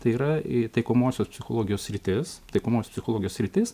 tai yra a taikomosios psichologijos sritis taikomosios psichologijos sritis